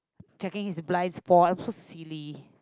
checking his blind spot I am so silly